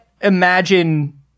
imagine